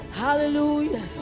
Hallelujah